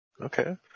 Okay